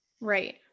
Right